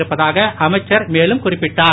இருப்பதாக அமைச்சர் மேலும் குறிப்பிட்டார்